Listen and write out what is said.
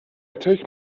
take